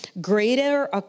Greater